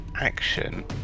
Action